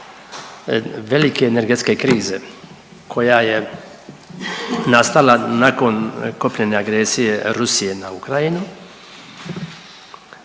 velike energetske krize koja je nastala nakon kopnene agresije Rusije na Ukrajinu